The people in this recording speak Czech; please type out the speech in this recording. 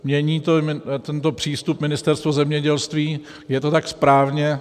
Mění tento přístup Ministerstvo zemědělství, je to tak správně.